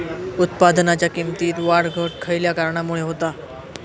उत्पादनाच्या किमतीत वाढ घट खयल्या कारणामुळे होता?